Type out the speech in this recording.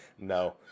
no